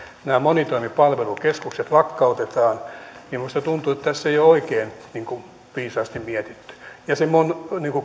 nämä monitoimipalvelukeskukset lakkautetaan minusta tuntuu että tässä ei ole oikein viisaasti mietitty se minun